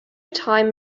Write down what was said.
time